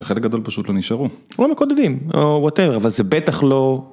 חלק גדול פשוט לא נשארו. לא מקודמים, או ווטאבר, אבל זה בטח לא...